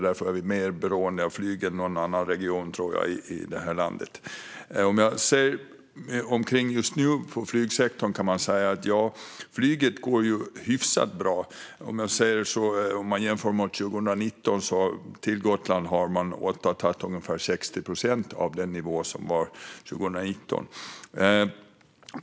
Därför är vi mer beroende av flyg än någon annan region i det här landet, tror jag. Just nu går det hyfsat bra för flygsektorn. När det gäller Gotland har man uppnått ungefär 60 procent av 2019 års nivå.